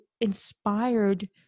inspired